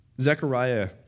Zechariah